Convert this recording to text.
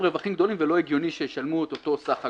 רווחים גדולים ולא הגיוני שישלמו את אותו סך אגרות.